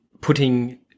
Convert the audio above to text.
putting